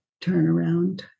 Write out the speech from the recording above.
turnaround